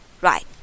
Right